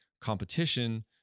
competition